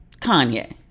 Kanye